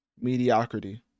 mediocrity